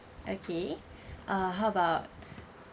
okay uh how about